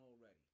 already